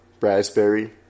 Raspberry